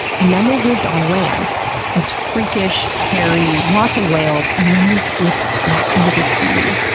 and then they lived on land as freakish, hairy, walking whales, and then they slipped back into the sea,